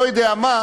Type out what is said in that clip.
לא יודע מה,